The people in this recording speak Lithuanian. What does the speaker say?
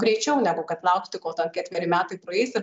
greičiau negu kad laukti kol ten ketveri metai praeis ir